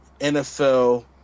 NFL